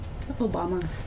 Obama